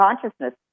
consciousness